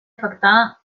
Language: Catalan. afectar